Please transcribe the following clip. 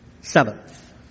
Seventh